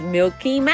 Milky